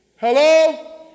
Hello